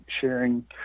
sharing